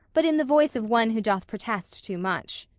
but in the voice of one who doth protest too much.